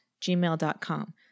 gmail.com